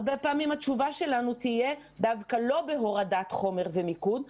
הרבה פעמים התשובה שלנו תהיה דווקא לא בהורדת חומר ומיקוד.